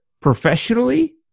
professionally